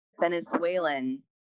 Venezuelan